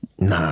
Nah